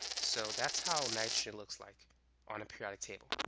so that's how nitrogen looks like on a periodic table?